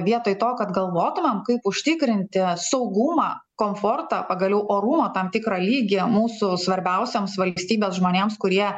vietoj to kad galvotumėm kaip užtikrinti saugumą komfortą pagaliau orumo tam tikrą lygį mūsų svarbiausioms valstybės žmonėms kurie